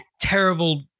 terrible